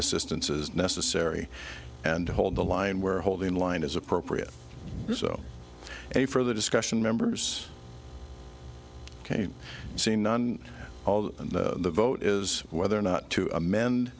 assistance is necessary and to hold the line where hold in line is appropriate so a further discussion members came see none all the vote is whether or not to amend